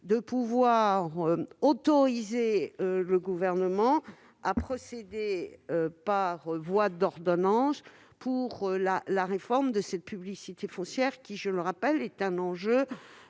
d'autoriser le Gouvernement à procéder par voie d'ordonnance pour la réforme de la publicité foncière, qui, je le rappelle, constitue un enjeu